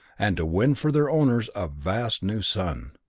and to win for their owners a vast new sun,